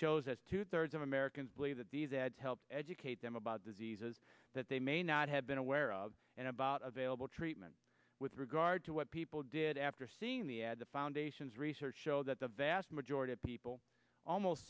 us two thirds of americans believe that these ads help educate them about diseases that they may not have been aware of and about available treatment with regard to what people did after seeing the ad the foundation's research showed that the vast majority of people almost